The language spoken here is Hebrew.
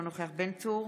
אינו נוכח יואב בן צור,